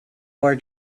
our